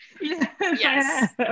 Yes